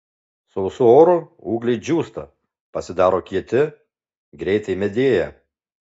sausu oru ūgliai džiūsta pasidaro kieti greitai medėja